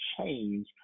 change